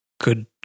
good